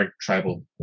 tribal